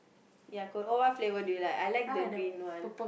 ya co~ oh what flavour do you like I like the green one